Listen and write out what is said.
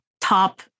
top